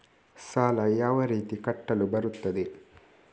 ಸಾಲ ಯಾವ ರೀತಿ ಕಟ್ಟಲು ಬರುತ್ತದೆ?